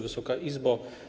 Wysoka Izbo!